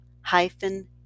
hyphen